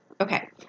Okay